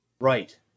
Right